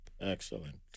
excellent